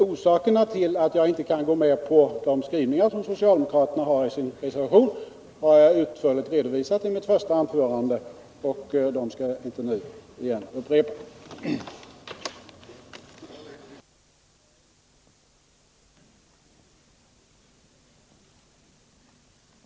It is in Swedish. Orsaken till att jag inte kan gå med på de skrivningar som socialdemokraterna har i sin reservation har jag utförligt redovisat i mitt första anförande, och jag skall inte upprepa den nu igen.